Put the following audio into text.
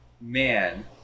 Man